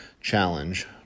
Challenge